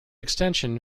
extension